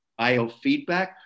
biofeedback